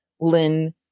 Lynn